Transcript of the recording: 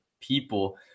people